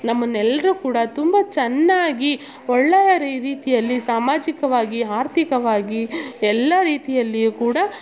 ನಮ್ಮನ್ನೆಲ್ಲರು ಕೂಡ ತುಂಬ ಚೆನ್ನಾಗಿ ಒಳ್ಳೆಯ ರೀತಿಯಲ್ಲಿ ಸಾಮಾಜಿಕವಾಗಿ ಆರ್ತಿಕವಾಗಿ ಎಲ್ಲ ರೀತಿಯಲ್ಲಿಯು ಕೂಡ